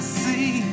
see